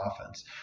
offense